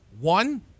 one